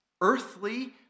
earthly